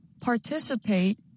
participate